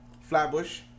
Flatbush